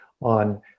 on